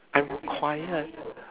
I'm quiet